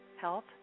health